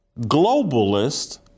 globalist